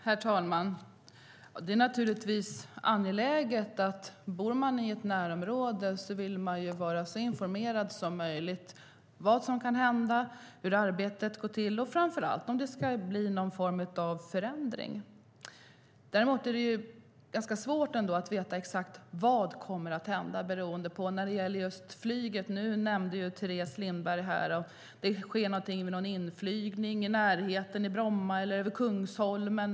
Herr talman! Det är naturligtvis angeläget att om man bor i ett närområde vill man vara så informerad som möjligt om vad som kan hända, hur arbetet går till och framför allt om det ska bli någon form av förändring. Däremot är det svårt att veta exakt vad som kommer att hända just flyget. Nu nämnde Teres Lindberg att det sker någonting vid inflygningen i närheten av Bromma eller över Kungsholmen.